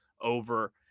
over